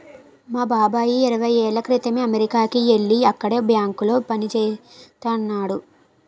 మా బాబాయి ఇరవై ఏళ్ళ క్రితమే అమెరికాకి యెల్లి అక్కడే బ్యాంకులో పనిజేత్తన్నాడు